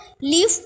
leaf